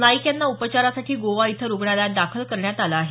नाईक यांना उपचारासाठी गोवा इथं रुग्णालयात दाखल करण्यात आलं आहे